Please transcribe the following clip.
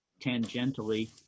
tangentially